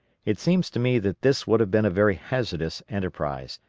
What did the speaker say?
it seems to me that this would have been a very hazardous enterprise,